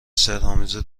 سحرآمیز